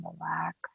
relax